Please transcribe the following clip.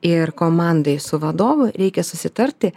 ir komandai su vadovu reikia susitarti